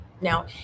Now